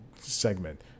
segment